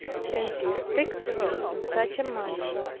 since you speak to me in such a manner,